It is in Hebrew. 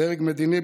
הדרג המדיני,